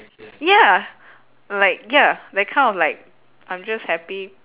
ya like ya that kind of like I'm just happy